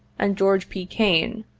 and george p. kane,